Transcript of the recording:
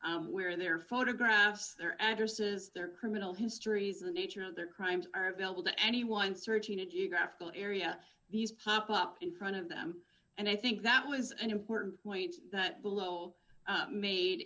registry where their photographs their addresses their criminal histories of the nature of their crimes are available to anyone searching a geographical area these pop up in front of them and i think that was an important point that below made